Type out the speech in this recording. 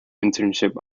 internship